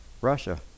Russia